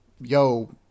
yo